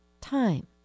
time